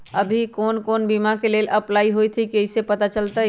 अभी कौन कौन बीमा के लेल अपलाइ होईत हई ई कईसे पता चलतई?